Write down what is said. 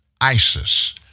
ISIS